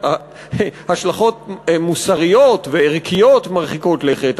השלכות מוסריות וערכיות מרחיקות לכת,